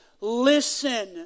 listen